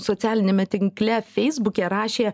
socialiniame tinkle feisbuke rašė